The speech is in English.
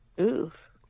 Oof